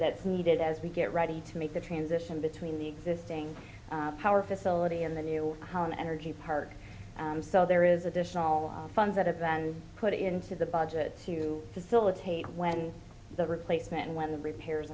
that's needed as we get ready to make the transition between the existing power facility in the new house on energy part and so there is additional funds that have been put into the budget to facilitate when the replacement when the repairs